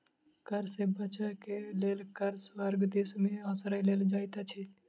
कर सॅ बचअ के लेल कर स्वर्ग देश में आश्रय लेल जाइत अछि